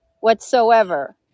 whatsoever